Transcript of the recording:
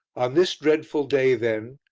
on this dreadful day, then,